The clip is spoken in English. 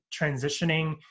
transitioning